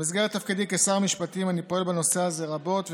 במסגרת תפקידי כשר משפטים אני פועל בנושא הזה רבות,